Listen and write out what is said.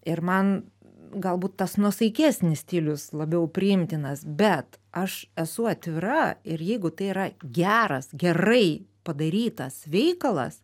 ir man galbūt tas nuosaikesnis stilius labiau priimtinas bet aš esu atvira ir jeigu tai yra geras gerai padarytas veikalas